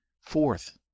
Fourth